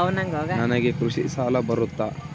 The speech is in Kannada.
ನನಗೆ ಕೃಷಿ ಸಾಲ ಬರುತ್ತಾ?